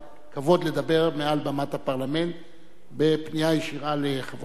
לדבר מעל במת הפרלמנט בפנייה ישירה אל חברי הפרלמנט,